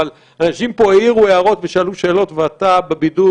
אבל אנשים פה העירו הערות ושאלו שאלות ואתה בבידוד,